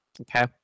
Okay